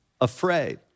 afraid